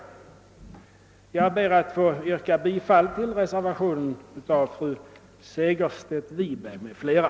Jag ber att få yrka bifall till reservationen av fru Segerstedt Wiberg m.fl.